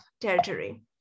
territory